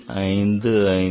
55 10